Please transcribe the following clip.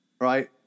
right